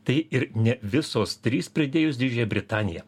tai ir ne visos trys pridėjus didžiąją britaniją